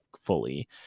fully